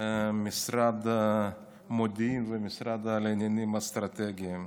המשרד לענייני מודיעין והמשרד לנושאים אסטרטגיים.